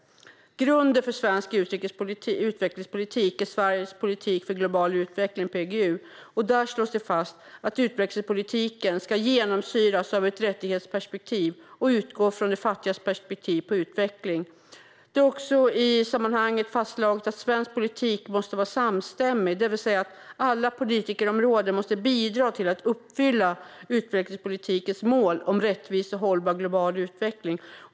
Grunden för svensk utvecklingspolitik är Sveriges politik för global utveckling, PGU. Där slås det fast att utvecklingspolitiken ska genomsyras av ett rättighetsperspektiv och utgå från de fattigas perspektiv på utveckling. Det är också i sammanhanget fastslaget att svensk politik måste vara samstämmig, det vill säga att alla politikområden måste bidra till att uppfylla utvecklingspolitikens mål om rättvis och hållbar global utveckling.